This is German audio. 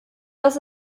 das